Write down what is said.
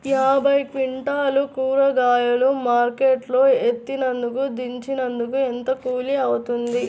యాభై క్వింటాలు కూరగాయలు మార్కెట్ లో ఎత్తినందుకు, దించినందుకు ఏంత కూలి అవుతుంది?